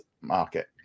market